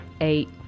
Eight